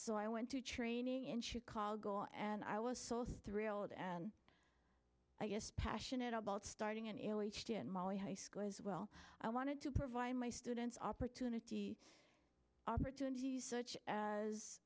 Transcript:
so i went to training in chicago and i was so thrilled and i guess passionate about starting an elite in mali high school as well i wanted to provide my students opportunity opportunities such as